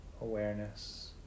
awareness